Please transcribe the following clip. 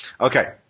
Okay